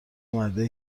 مردایی